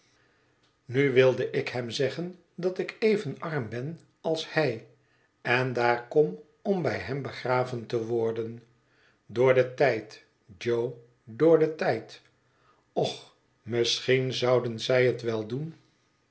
nu wilde ik hem zeggen dat ik even arm ben als hij en daar kom om bij hem begraven te worden door den tijd jo door den tijd och misschien zouden zij het wel doen